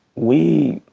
we,